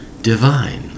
Divine